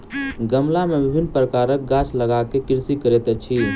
गमला मे विभिन्न प्रकारक गाछ लगा क कृषि करैत अछि